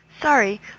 Sorry